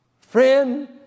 friend